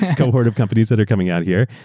yeah cohort of companies that are coming out here.